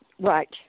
Right